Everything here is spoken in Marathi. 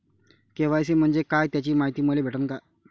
के.वाय.सी म्हंजे काय त्याची मायती मले भेटन का?